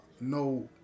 no